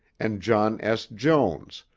and john s. jones,